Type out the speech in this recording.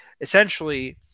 essentially